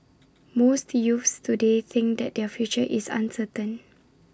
most youths today think that their future is uncertain